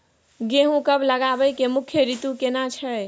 गेहूं कब लगाबै के मुख्य रीतु केना छै?